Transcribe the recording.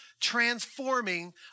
transforming